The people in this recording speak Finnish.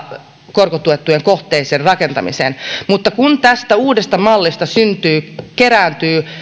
korkotuettujen kohteiden rakentamiseen mutta kun tästä uudesta mallista kerääntyy